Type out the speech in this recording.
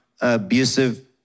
abusive